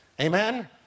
Amen